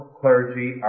clergy